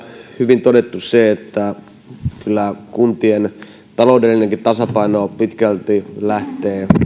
hyvin todettu se että kyllä kuntien taloudellinenkin tasapaino pitkälti lähtee